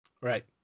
Right